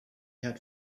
had